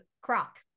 croc